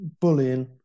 bullying